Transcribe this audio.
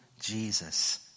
Jesus